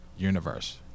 universe